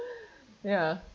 ya